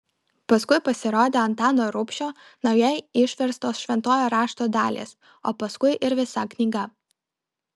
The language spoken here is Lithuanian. paskui pasirodė antano rubšio naujai išverstos šventojo rašto dalys o paskui ir visa knyga